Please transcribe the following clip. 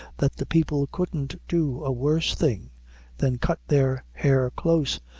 that the people couldn't do a worse thing than cut their hair close,